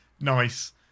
Nice